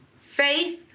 faith